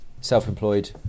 self-employed